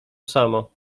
samo